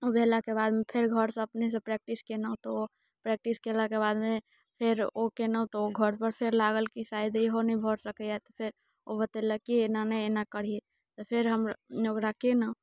ओ भेलाके बाद फेर घरमे अपने से प्रैक्टिस कयलहुँ तऽ ओ प्रैक्टिस कयलाके बादमे फेर ओ कयलहुँ तऽ फेर घर पर ओ लागल कि शायद इहो नहि भऽ सकैया तऽ फेर ओ बतेलक कि एना नहि एना करही तऽ फेर हम ओहिना ओकरा कयलहुँ